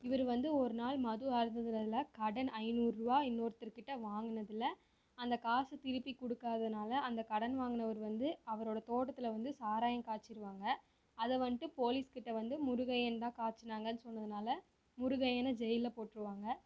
இவரு வந்து ஒரு நாள் மது அருந்துறதில் கடன் ஐநூறுரூவா இன்னொருத்தர் கிட்டே வாங்குனதில் அந்த காசு திருப்பி கொடுக்காதனால அந்த கடன் வாங்குனவரு வந்து அவரோட தோட்டத்தில் வந்து சாராயம் காய்ச்சிருவாங்க அதை வந்துட்டு போலீஸ் கிட்டே வந்து முருகையன் தான் காய்ச்சினாங்கன்னு சொன்னதனால முருகையனை ஜெயிலில் போட்டுருவாங்க